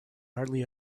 hardly